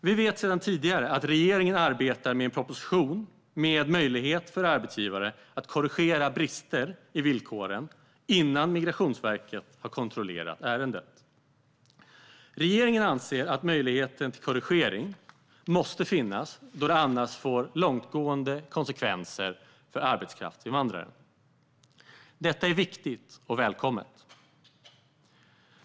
Vi vet sedan tidigare att regeringen arbetar med en proposition med möjlighet för arbetsgivare att korrigera brister i villkoren innan Migrationsverket har kontrollerat ärendet. Regeringen anser att möjligheten till korrigering måste finnas då det annars får långtgående konsekvenser för arbetskraftsinvandrare. Detta är viktigt och välkommet.